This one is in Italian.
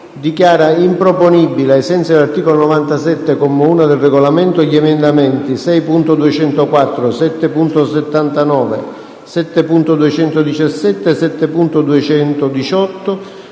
dichiara improponibili, ai sensi dell’articolo 97, comma 1, del Regolamento, gli emendamenti 6.204, 7.79, 7.217 e 7.218,